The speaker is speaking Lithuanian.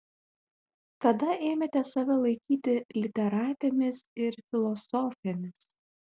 kada ėmėte save laikyti literatėmis ir filosofėmis